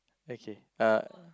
okay uh